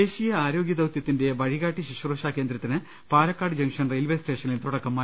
ദേശീയ ആരോഗ്യ ദൌത്യത്തിന്റെ വഴികാട്ടി ശുശ്രുഷ കേന്ദ്രത്തിനു പാലക്കാട് ജങ്ഷൻ റയിൽവേ സ്റ്റേഷനിൽ തുടക്കമായി